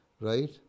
Right